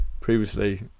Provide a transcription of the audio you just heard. previously